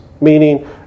meaning